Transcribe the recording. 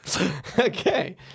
okay